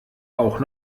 auch